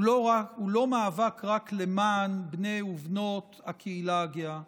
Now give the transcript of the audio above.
הוא לא מאבק רק למען בני ובנות הקהילה הגאה,